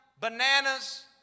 bananas